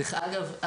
אגב,